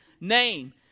name